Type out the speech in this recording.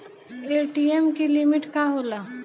ATM की limit का होला?